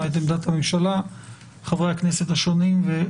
את עמדת הממשלה ואת חברי הכנסת השונים.